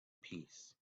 peace